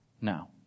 now